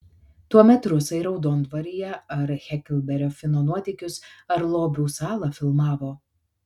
tuomet rusai raudondvaryje ar heklberio fino nuotykius ar lobių salą filmavo